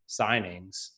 signings